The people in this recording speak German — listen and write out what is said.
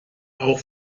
auch